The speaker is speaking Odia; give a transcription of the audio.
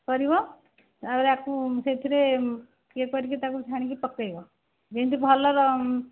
କରିବ ଆଉ ତାକୁ ସେଥିରେ ୟେ କରିକି ତାକୁ ଛାଣିକି ପକେଇବ ଯେମିତି ଭଲ